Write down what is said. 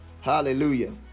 hallelujah